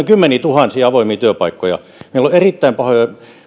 kymmeniätuhansia avoimia paikkoja meillä on erittäin pahoja